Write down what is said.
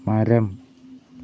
മരം